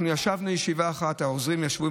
ישבנו ישיבה אחת, העוזרים ישבו.